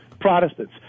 Protestants